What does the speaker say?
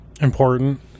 Important